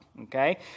Okay